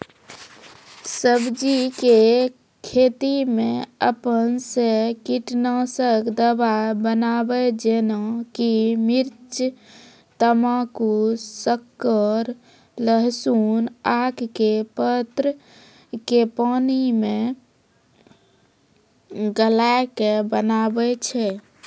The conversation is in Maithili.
सब्जी के खेती मे अपन से कीटनासक दवा बनाबे जेना कि मिर्च तम्बाकू शक्कर लहसुन आक के पत्र के पानी मे गलाय के बनाबै छै?